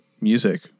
music